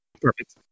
Perfect